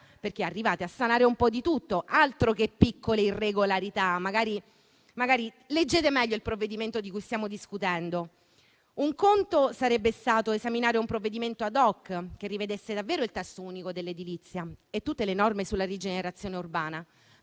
Arrivate a sanare un po' di tutto, altro che piccole irregolarità. Leggete meglio il provvedimento di cui stiamo discutendo. Un conto sarebbe stato esaminare un provvedimento *ad hoc* che rivedesse davvero il testo unico dell'edilizia e tutte le norme sulla rigenerazione urbana.